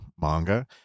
manga